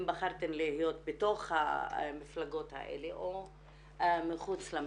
אם בחרתן להיות בתוך המפלגות האלה או מחוץ למפלגות.